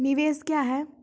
निवेश क्या है?